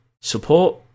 Support